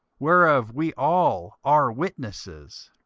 whereof we all are witnesses.